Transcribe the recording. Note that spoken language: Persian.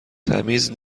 تمیز